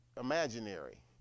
imaginary